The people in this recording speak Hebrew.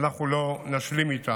שאנחנו לא נשלים איתה.